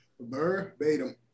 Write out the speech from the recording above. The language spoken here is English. Verbatim